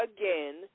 again